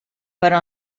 però